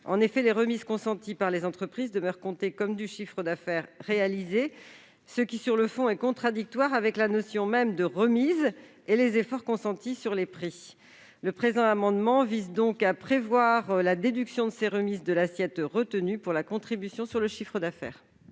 En effet, les remises consenties par les entreprises demeurent comptées comme du chiffre d'affaires réalisé, ce qui, sur le fond, est contradictoire avec la notion même de remise et avec les efforts consentis sur les prix. Le présent amendement vise donc à prévoir la déduction de ces remises de l'assiette retenue pour la contribution sur le chiffre d'affaires.